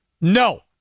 No